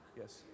yes